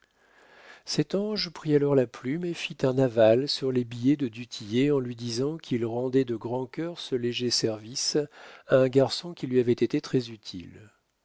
cet ange prit alors la plume et fit un aval sur les billets de du tillet en lui disant qu'il rendait de grand cœur ce léger service à un garçon qui lui avait été très-utile le